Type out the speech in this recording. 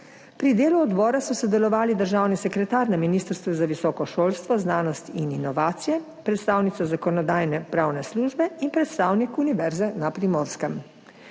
Pri delu odbora so sodelovali državni sekretar na Ministrstvu za visoko šolstvo, znanost in inovacije, predstavnica Zakonodajno-pravne službe in predstavnik Univerze na Primorskem.